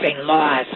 laws